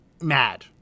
mad